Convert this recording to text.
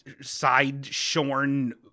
side-shorn